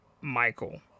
Michael